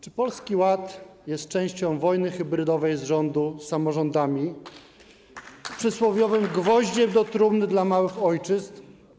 Czy Polski Ład jest częścią wojny hybrydowej rządu z samorządami, przysłowiowym gwoździem do trumny dla małych ojczyzn?